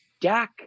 Dak